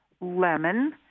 lemon